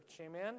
Amen